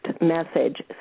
message